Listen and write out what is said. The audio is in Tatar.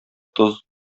тоз